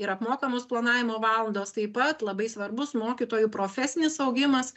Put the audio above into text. ir apmokamos planavimo valandos taip pat labai svarbus mokytojų profesinis augimas